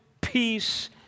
peace